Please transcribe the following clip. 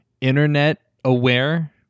internet-aware